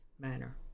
manner